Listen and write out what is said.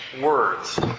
words